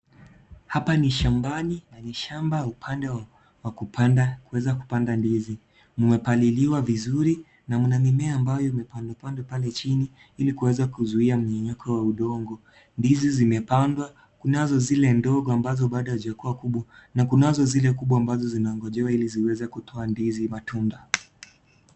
Hapa ni shambani na ni shamba upande wa kuweza kupanda ndizi, mmepaliliwa vizuri na mna mimea ambayo imepandwapandwa pale chini ili kuweza kuzuia mmomonyoko wa udongo, ndizi zimepandwa kunazo zile ndogo ambazo bado hazijakuwa kubwa na kunazo zile kubwa ambazo zinangonjewa ili ziweze kutoa ndizi matunda.